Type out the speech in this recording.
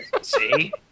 See